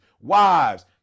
wives